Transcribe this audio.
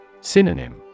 Synonym